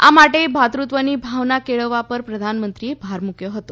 આ માટે ભાતૃત્વની ભાવના કેળવવા પર પ્રધાનમંત્રીએ ભાર મૂક્યો હતો